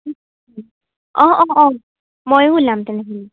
অঁ অঁ অঁ ময়ো ওলাম তেনেহ'লে